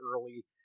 early